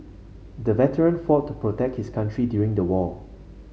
the veteran fought to protect his country during the war